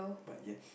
but ya